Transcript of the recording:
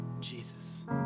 Jesus